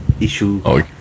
issue